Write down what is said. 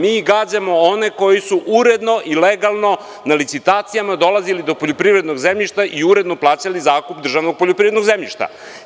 Mi gađamo one koji su uredno i legalno na licitacijama dolazili do poljoprivrednog zemljišta i uredno plaćali zakup državnog poljoprivrednog zemljišta.